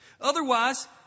Otherwise